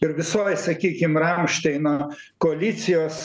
ir visoj sakykim ramšteino koalicijos